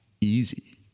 Easy